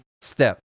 step